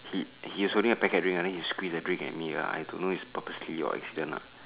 he he was holding a packet drink lah then he squeeze the drink at me ah I don't know if it's purposely or accident lah